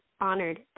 honored